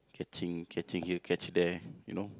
catching catching here catch there you know